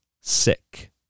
sick